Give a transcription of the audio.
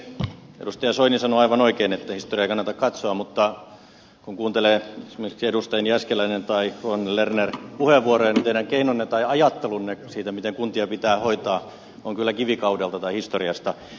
edustaja soini sanoi aivan oikein ettei historiaa kannata katsoa mutta kun kuuntelee esimerkiksi edustajien jääskeläinen tai ruohonen lerner puheenvuoroja niin teidän keinonne tai ajattelunne siitä miten kuntia pitää hoitaa on kyllä kivikaudelta tai historiasta